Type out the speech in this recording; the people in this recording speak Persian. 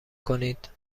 کنید